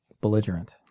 Belligerent